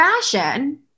fashion